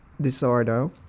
disorder